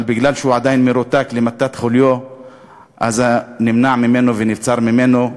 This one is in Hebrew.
אבל מכיוון שהוא עדיין מרותק למיטת חוליו נמנע ממנו ונבצר ממנו,